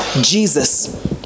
Jesus